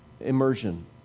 immersion